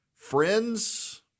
Friends